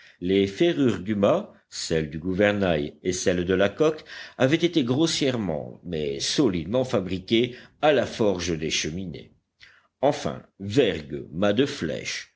les ferrures du mât celles du gouvernail et celles de la coque avaient été grossièrement mais solidement fabriquées à la forge des cheminées enfin vergues mât de flèche